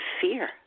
fear